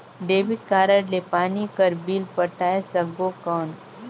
Debit card ले पानी कर बिल पटाय सकबो कौन?